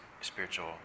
spiritual